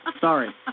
Sorry